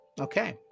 Okay